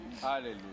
Hallelujah